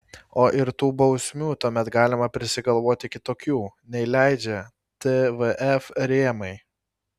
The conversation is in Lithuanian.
o ir tų bausmių tuomet galima prisigalvoti kitokių nei leidžia tvf rėmai